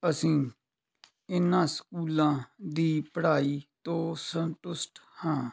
ਅਸੀਂ ਇਹਨਾਂ ਸਕੂਲਾਂ ਦੀ ਪੜ੍ਹਾਈ ਤੋਂ ਸੰਤੁਸ਼ਟ ਹਾਂ